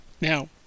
Now